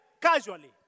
casually